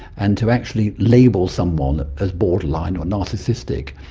and to actually label someone as borderline or narcissistic,